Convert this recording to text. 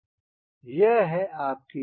और यह है आपकी टेल